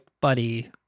buddy